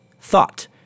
thought